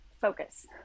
focus